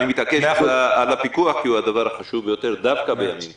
אני מתעכב על הפיקוח כי הוא הדבר החשוב ביותר דווקא בימים כאלה.